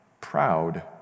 proud